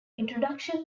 introduction